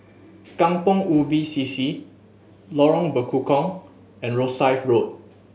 Kampong Ubi C C Lorong Bekukong and Rosyth Road